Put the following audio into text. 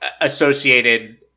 associated